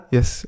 Yes